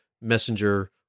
messenger